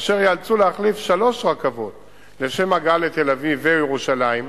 אשר ייאלצו להחליף שלוש רכבות לשם הגעה לתל-אביב וירושלים: